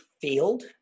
field